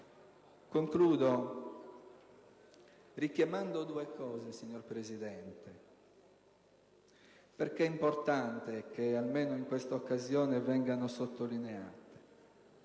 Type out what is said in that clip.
concludo richiamando due elementi, perché è importante che almeno in questa occasione vengano sottolineati.